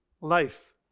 life